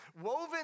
Woven